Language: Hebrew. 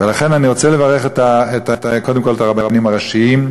ולכן, אני רוצה לברך קודם כול את הרבנים הראשיים,